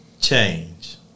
change